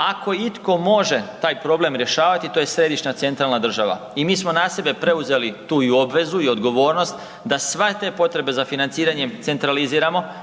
Ako itko može taj problem rješavati to je središnja centralna država i mi smo na sebe preuzeli tu i obvezu i odgovornost da sve te potrebe za financiranjem centraliziramo,